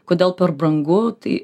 kodėl per brangu tai